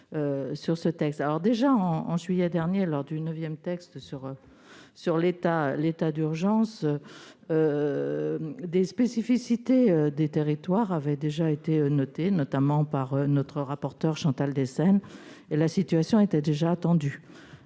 Philippe Bas. Déjà, en juillet dernier, lors du neuvième texte sur l'état d'urgence, les spécificités des territoires avaient été relevées, notamment par notre rapporteur Chantal Deseyne. La situation était déjà tendue.